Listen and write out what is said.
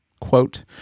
quote